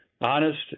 Honest